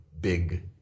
big